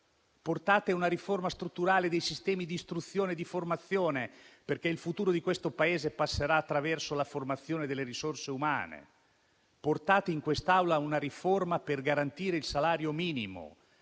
Portate una riforma strutturale dei sistemi di istruzione e di formazione, perché il futuro di questo Paese passerà attraverso la formazione delle risorse umane. Portate in quest'Aula una riforma per garantire il salario minimo